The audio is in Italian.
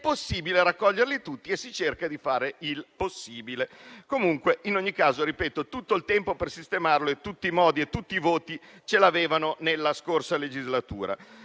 impossibile raccoglierli tutti e si cerca di fare il possibile. Comunque, in ogni caso, ripeto che il tempo per sistemare il superbonus, tutti i modi e tutti i voti li avevano nella scorsa legislatura.